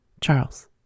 Charles